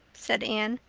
said anne.